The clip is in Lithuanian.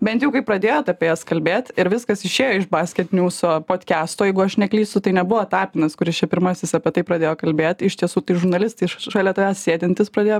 bent jau kaip pradėjot apie jas kalbėt ir viskas išėjo iš basketniuso podkesto jeigu aš neklystu tai nebuvo tapinas kuris čia pirmasis apie tai pradėjo kalbėt iš tiesų žurnalistai iš šalia tavęs sėdintys pradėjo